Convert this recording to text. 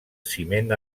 ciment